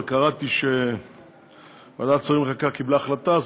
אבל קראתי שוועדת השרים לחקיקה קיבלה החלטה,